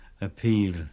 appeal